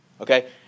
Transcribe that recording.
Okay